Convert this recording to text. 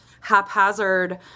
haphazard